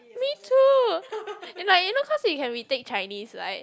me too and like you know cause we can retake Chinese [right]